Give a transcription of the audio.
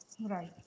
right